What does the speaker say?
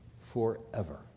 forever